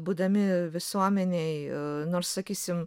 būdami visuomenėje nors sakysime